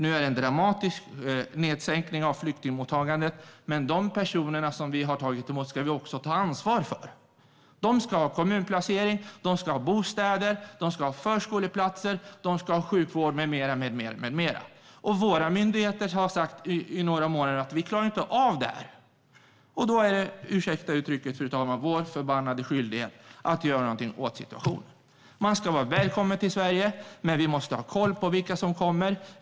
Nu är en dramatisk sänkning av flyktingmottagandet. Men de personer som vi har tagit emot ska vi också ta ansvar för. De ska ha kommunplacering, bostäder, förskoleplatser, sjukvård med mera. Våra myndigheter har i några månader sagt: Vi klarar inte av detta. Då är det - ursäkta uttrycket, fru talman - vår förbannade skyldighet att göra någonting åt situationen. Människor ska vara välkomna till Sverige. Men vi måste ha koll på vilka som kommer.